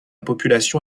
population